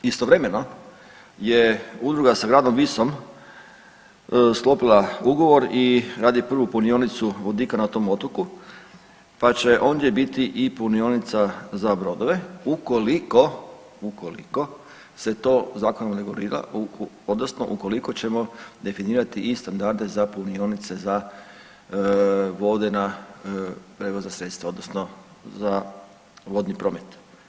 Istovremeno je udruga sa gradom Visom sklopila ugovor i radi prvu punionicu vodika na tom otoku pa će ondje biti i punionica za brodove ukoliko, ukoliko se to zakonom regulira odnosno ukoliko ćemo definirati i standarde za punionice za vodena prevozna sredstva odnosno za vodni promet.